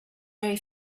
very